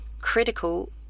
critical